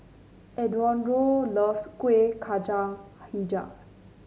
Eduardo loves Kueh Kacang hijau